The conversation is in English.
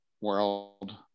world